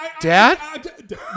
Dad